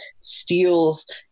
steals